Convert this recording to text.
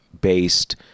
based